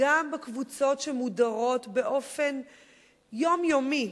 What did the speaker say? גם בקבוצות שמודרות באופן יומיומי: